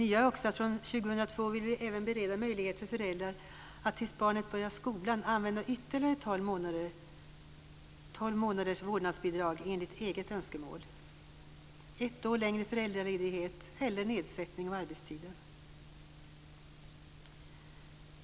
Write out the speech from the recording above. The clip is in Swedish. Nytt är också att vi från år 2002 även vill bereda möjlighet för föräldrar att tills barnet börjar skolan använda ytterligare tolv månaders vårdnadsbidrag enligt eget önskemål: ett år längre föräldraledighet eller nedsättning av arbetstiden.